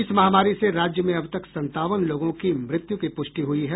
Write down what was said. इस महामारी से राज्य में अब तक संतावन लोगों की मृत्यू की पुष्टि हुई है